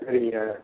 சரிங்க